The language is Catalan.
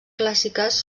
clàssiques